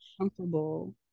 comfortable